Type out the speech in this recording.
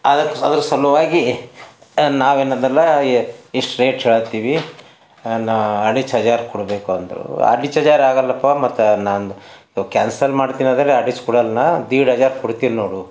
ಅದಕ್ಕೆ ಅದರ ಸಲುವಾಗಿ ನಾವೇನದೆಲ್ಲ ಯ ಇಷ್ಟು ರೇಟ್ ಹೇಳಕತ್ತೀವಿ ಅ ನ ಅಡಿಚ್ ಹಜಾರ್ ಕೊಡಬೇಕು ಅಂದರೂ ಅಡಿಚ್ ಹಜಾರ್ ಆಗಲ್ಲಪ್ಪ ಮತ್ತು ನಾನು ಕ್ಯಾನ್ಸಲ್ ಮಾಡ್ತೀನಿ ಆದ್ರೆ ನಾನು ಅಡಿಚ್ ಕೊಡಲ್ಲ ದೇಡ್ ಹಜಾರ್ ಕೊಡ್ತೀನಿ ನೋಡು